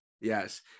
yes